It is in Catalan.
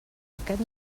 aquest